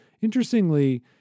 interestingly